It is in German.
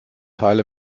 teile